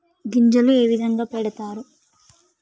గింజలు ఏ విధంగా పెడతారు?